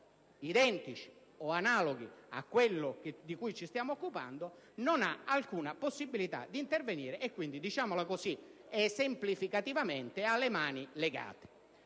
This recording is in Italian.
identici o analoghi a quello di cui ci stiamo occupando non ha alcuna possibilità di intervenire e quindi - per dirla in modo esemplificativo - ha le mani legate.